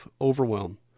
overwhelm